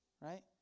right